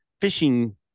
fishing